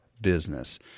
business